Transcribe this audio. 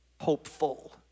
hopeful